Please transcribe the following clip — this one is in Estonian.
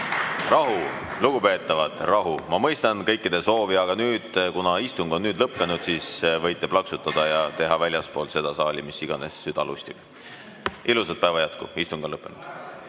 Rahu, lugupeetavad! Rahu! Ma mõistan kõikide soovi, aga nüüd, kuna istung on lõppenud, võite plaksutada ja teha väljaspool seda saali, mis iganes süda lustib. Ilusat päeva jätku! Istung on lõppenud.